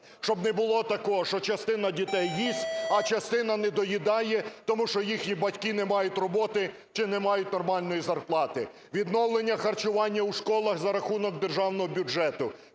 Щоб не було такого, що частина дітей їсть, а частина не доїдає, тому що їхні батьки не мають роботи чи не мають нормальної зарплати. Відновлення харчування у школах за рахунок державного бюджету.